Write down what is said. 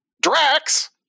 Drax